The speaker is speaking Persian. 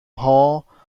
هاوکینگ